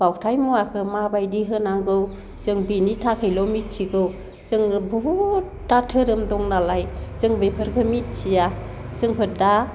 बाउथाय मुवाखौ माबायदि होनांगौ जों बेनि थाखायल' मिथिगौ जोङो बुहुदता धोरोम दं नालाय जों बेफोरखौ मिथिया जोंफोर दा